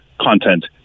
content